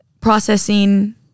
processing